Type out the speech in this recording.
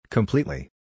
Completely